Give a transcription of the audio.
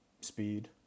speed